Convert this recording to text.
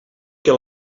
que